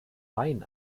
wein